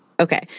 Okay